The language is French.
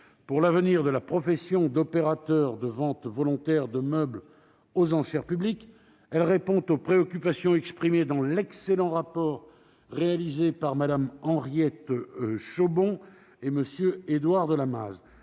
pour l'avenir de la profession d'opérateur de ventes volontaires de meubles aux enchères publiques. Elle répond aux préoccupations exprimées dans l'excellent rapport réalisé par Mme Henriette Chaubon et M. Édouard de Lamaze,